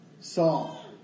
Saul